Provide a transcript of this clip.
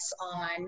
on